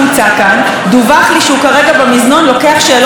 דווח לי שהוא כרגע במזנון לוקח שאלות מכתבים.